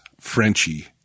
Frenchie